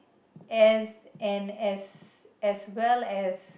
as and as as well as